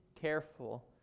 careful